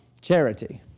charity